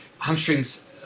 hamstrings